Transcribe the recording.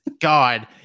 God